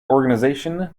organization